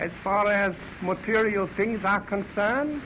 as far as most serial things are concerned